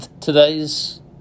Today's